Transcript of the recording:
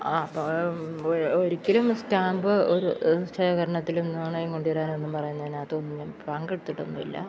ആ അപ്പം ഒരു ഒരിക്കലും സ്റ്റാമ്പ് ഒരു ശേഖരണത്തിലും നാണയം കൊണ്ടു വരാനൊന്നും പറയുന്നതിന് അതൊന്നിനും പങ്കെടുത്തിട്ടൊന്നും ഇല്ല